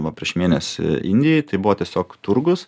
va prieš mėnesį indijoj tai buvo tiesiog turgus